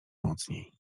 mocniej